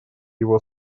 его